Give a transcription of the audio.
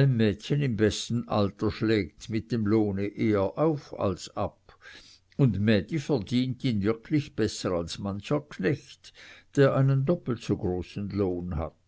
ein mädchen im besten alter schlägt mit dem lohne eher auf als ab und mädi verdient ihn wirklich besser als mancher knecht der einen doppelt so großen lohn hat